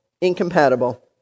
incompatible